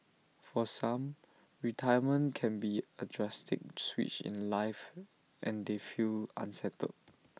for some retirement can be A drastic switch in life and they feel unsettled